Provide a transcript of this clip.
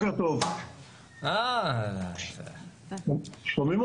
אני שמח